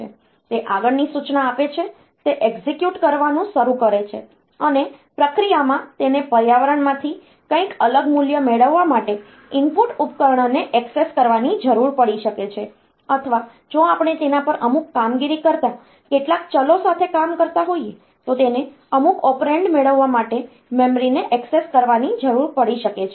તે આગળની સૂચના આપે છે તે એક્ઝેક્યુટ કરવાનું શરૂ કરે છે અને પ્રક્રિયામાં તેને પર્યાવરણમાંથી કંઈક અલગ મૂલ્ય મેળવવા માટે ઇનપુટ ઉપકરણને ઍક્સેસ કરવાની જરૂર પડી શકે છે અથવા જો આપણે તેના પર અમુક કામગીરી કરતા કેટલાક ચલો સાથે કામ કરતા હોઈએ તો તેને અમુક ઑપરેન્ડ મેળવવા માટે મેમરીને ઍક્સેસ કરવાની જરૂર પડી શકે છે